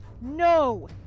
no